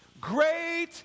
Great